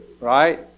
Right